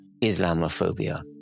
Islamophobia